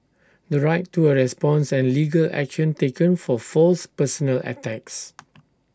the right to A response and legal action taken for false personal attacks